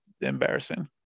embarrassing